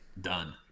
Done